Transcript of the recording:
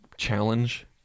challenge